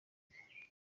bwe